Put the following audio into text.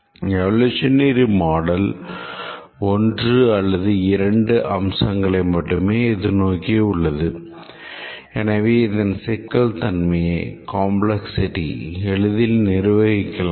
evolutionary model ஒன்று எளிதில் நிர்விக்கலாம்